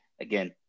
again